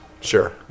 Sure